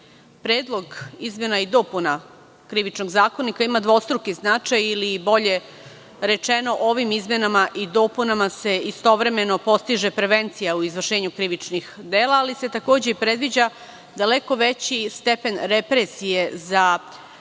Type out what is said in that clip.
podršku. Predlog izmena i dopuna Krivičnog zakonika ima dvostruki značaj ili, bolje rečeno, ovim izmenama i dopunama se istovremeno postiže prevencija u izvršenju krivičnih dela, ali se takođe predviđa daleko veći stepen represije za učinioce